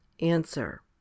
Answer